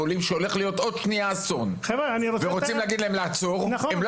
עולים על כך שהולך להיות אסון עוד שניה,